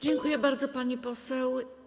Dziękuję bardzo, pani poseł.